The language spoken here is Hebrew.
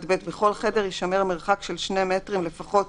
(ב) בכל חדר יישמר מרחק של שני מטרים לפחות